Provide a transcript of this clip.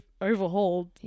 overhauled